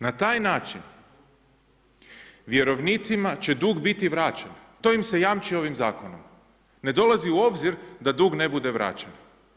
Na taj način vjerovnicima će dug biti vraćen, to im se jamči ovim zakonom, ne dolazi u obzir da dug ne bude vraćen.